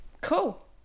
Cool